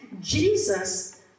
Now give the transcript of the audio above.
Jesus